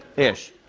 ish.